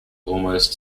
almost